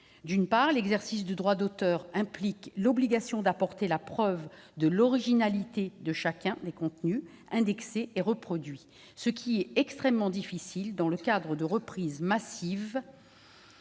D'abord, l'exercice du droit d'auteur implique l'obligation d'apporter la preuve de l'originalité de chacun des contenus indexés et reproduits, ce qui est extrêmement difficile s'agissant de reprises massives